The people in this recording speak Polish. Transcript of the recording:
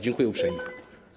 Dziękuję uprzejmie.